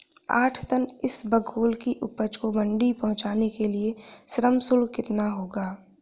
आठ टन इसबगोल की उपज को मंडी पहुंचाने के लिए श्रम शुल्क कितना होगा?